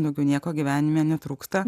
daugiau nieko gyvenime netrūksta